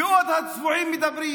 ועוד הצבועים מדברים.